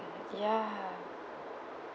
ya